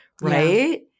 right